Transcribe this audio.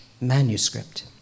manuscript